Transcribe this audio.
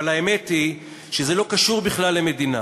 אבל האמת היא שזה לא קשור בכלל למדינה,